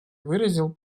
выразил